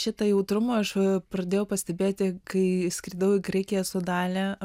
šitą jautrumą aš pradėjau pastebėti kai skridau į graikiją su dalia